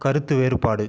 கருத்து வேறுபாடு